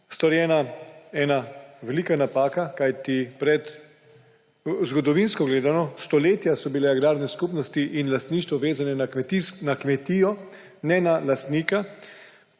storjena velika napaka, kajti zgodovinsko gledano so bila stoletja agrarne skupnosti in lastništvo vezano na kmetijo, ne na lastnika.